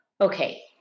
Okay